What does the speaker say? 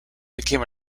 became